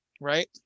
right